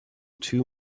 two